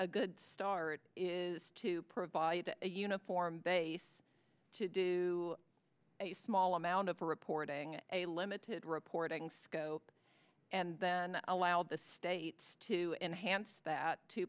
a good start is to provide a uniform base to do a small amount of reporting a limited reporting scope and then allow the states to enhance that to